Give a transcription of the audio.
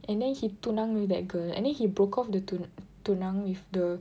and then he tunang with that girl and then he broke off the tu~ tunang with the